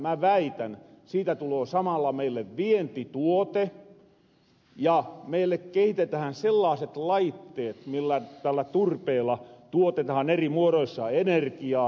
mä väitän että siitä tuloo samalla meille vientituote ja meille kehitetähän sellaaseet laitteet millä turpeella tuotetahan eri muoroissa enerkiaa